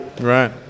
Right